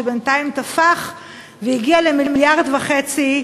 שבינתיים תפח והגיע למיליארד וחצי ש"ח.